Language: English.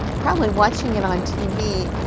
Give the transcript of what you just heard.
probably watching it on tv,